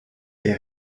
est